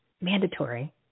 mandatory